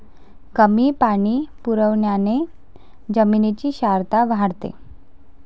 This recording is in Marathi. कमी पाणी पुरवठ्याने जमिनीची क्षारता वाढते